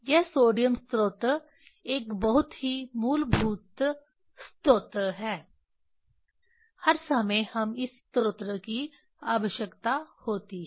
यह सोडियम स्रोत एक बहुत ही मूलभूत स्रोत है हर समय हमें इस स्रोत की आवश्यकता होती है